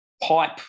pipe